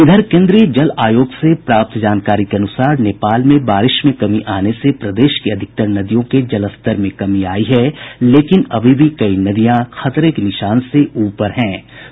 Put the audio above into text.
इधर केन्द्रीय जल आयोग से प्राप्त जानकारी के अनुसार नेपाल में बारिश में कमी आने से प्रदेश की अधिकतर नदियों के जलस्तर में कमी आयी है लेकिन अभी भी कई नदियां खतरे के निशान से ऊपर बह रहीं हैं